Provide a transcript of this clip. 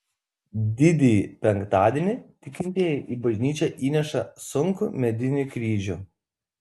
didįjį penktadienį tikintieji į bažnyčią įnešą sunkų medinį kryžių